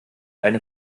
eine